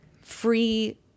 free –